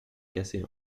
cassé